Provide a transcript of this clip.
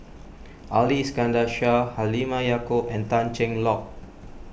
Ali Iskandar Shah Halimah Yacob and Tan Cheng Lock